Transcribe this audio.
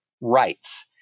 rights